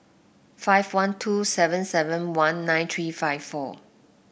five one two seven seven one nine three five four